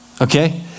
Okay